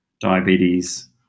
diabetes